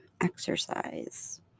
exercise